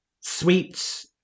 sweets